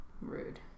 Rude